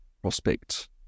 prospect